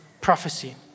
prophecy